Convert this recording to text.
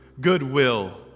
goodwill